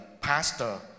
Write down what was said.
pastor